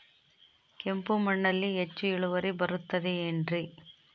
ಕೆಂಪು ಮಣ್ಣಲ್ಲಿ ಹೆಚ್ಚು ಇಳುವರಿ ಬರುತ್ತದೆ ಏನ್ರಿ?